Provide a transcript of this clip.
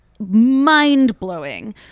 mind-blowing